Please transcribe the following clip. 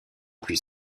plus